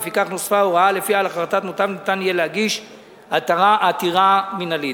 ולפיכך נוספה הוראה שלפיה על החלטת מותב יהיה אפשר להגיש עתירה מינהלית.